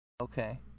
okay